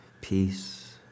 peace